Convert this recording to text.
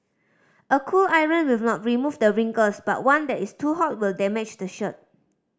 a cool iron will not remove the wrinkles but one that is too hot will damage the shirt